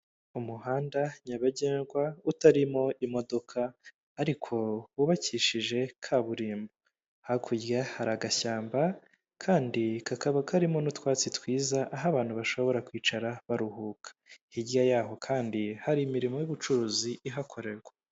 Umuhanda nyabagendwa utarimo imodoka ariko wubakishije kaburimbo, hakurya hari agashyamba kandi kakaba karimo n'utwatsi twiza aho abantu bashobora kwicara baruhuka hirya yaho kandi hari imirimo y'ubucuruzi ihakorerwa.